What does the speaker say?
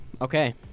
okay